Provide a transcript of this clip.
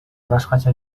башкача